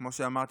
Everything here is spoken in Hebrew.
כמו שאמרתי,